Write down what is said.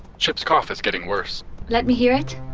chip's cough is getting worse let me hear it